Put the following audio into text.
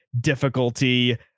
difficulty